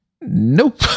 nope